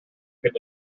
could